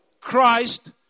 Christ